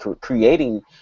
creating